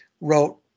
wrote